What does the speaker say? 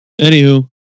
Anywho